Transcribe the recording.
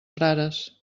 frares